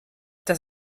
das